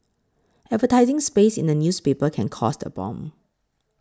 advertising space in a newspaper can cost a bomb